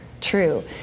true